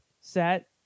set